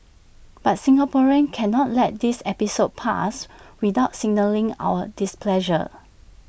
but Singaporeans cannot let this episode pass without signalling our displeasure